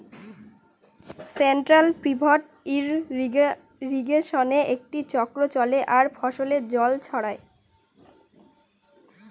central pivot ইর্রিগেশনে একটি চক্র চলে আর ফসলে জল ছড়ায়